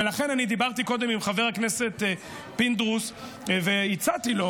לכן דיברתי קודם עם חבר הכנסת פינדרוס והצעתי לו.